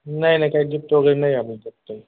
नाही नाही काही ज प्रोगेम ना नाही आम्ही त्यात काही